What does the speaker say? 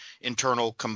internal